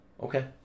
Okay